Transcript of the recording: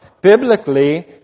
biblically